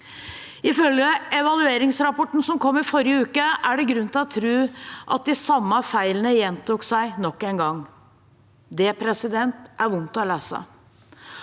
Ifølge evalueringsrapporten, som kom i forrige uke, er det grunn til å tro at de samme feilene gjentok seg nok en gang. Det er vondt å lese.